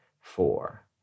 four